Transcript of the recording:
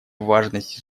важность